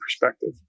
perspective